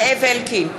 זאב אלקין,